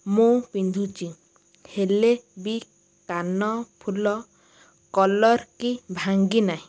ମୁଁ ପିନ୍ଧୁଛି ହେଲେ ବି କାନଫୁଲ କଲର୍ କି ଭାଙ୍ଗି ନାହିଁ